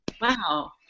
Wow